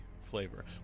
flavor